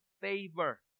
favor